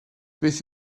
beth